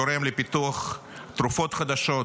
תורם לפיתוח תרופות חדשות